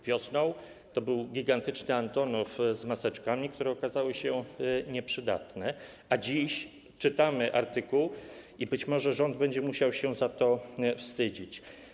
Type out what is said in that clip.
Wiosną to był gigantyczny Antonov z maseczkami, które okazały się nieprzydatne, a dziś czytamy artykuł i być może rząd będzie musiał się za to wstydzić.